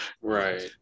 Right